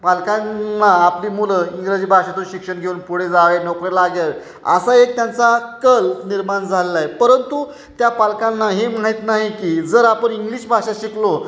पालकांना आपली मुलं इंग्रजी भाषेतून शिक्षण घेऊन पुढे जावे नोकरी लागेल असा एक त्यांचा कल निर्माण झालेला आहे परंतु त्या पालकांना हे माहीत नाही की जर आपण इंग्लिश भाषा शिकलो